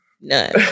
None